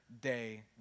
day